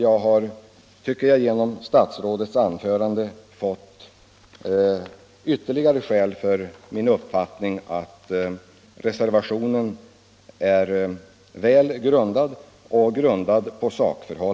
Jag tycker att jag genom statsrådets anförande fått ytterligare belägg för min uppfattning att reservationen är väl grundad på sakskäl.